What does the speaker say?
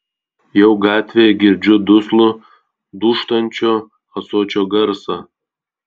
jau gatvėje girdžiu duslų dūžtančio ąsočio garsą